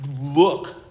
Look